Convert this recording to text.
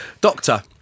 Doctor